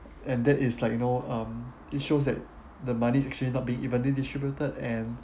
and that is like you know um it shows that the money is actually not being evenly distributed and